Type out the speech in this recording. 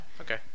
Okay